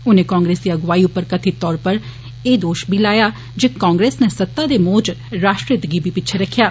उनें कांग्रेस दी अगुवाई उप्पर कथित तौर उप्पर एह दोश बी लाया जे कांग्रेस ने सत्ता दे मोह च राश्ट्र हित गी बी पिच्छे रक्खेआ